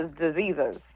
diseases